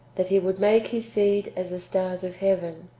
that he would make his seed as the stars of heaven.